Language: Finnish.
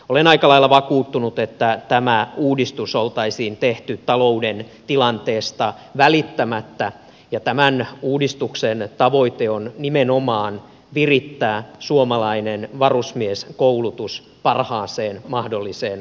olen aika lailla vakuuttunut että tämä uudistus olisi tehty talouden tilanteesta välittämättä ja tämän uudistuksen tavoite on nimenomaan virittää suomalainen varusmieskoulutus parhaaseen mahdolliseen asentoon